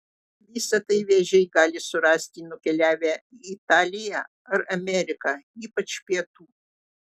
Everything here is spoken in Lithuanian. visa tai vėžiai gali surasti nukeliavę į italiją ar ameriką ypač pietų